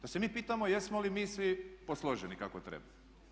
Pa se mi pitamo jesmo li mi svi posloženi kako treba.